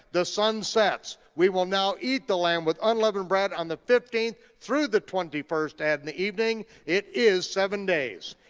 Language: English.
the sun sets, we will now eat the lamb with unleavened bread on the fifteenth, through the twenty first, and in the evening it is seven days,